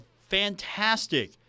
fantastic